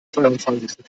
zweiundzwanzigsten